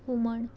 हुमण